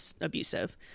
abusive